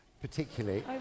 Particularly